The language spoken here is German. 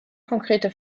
konkrete